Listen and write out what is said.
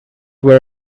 were